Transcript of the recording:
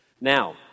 Now